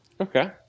Okay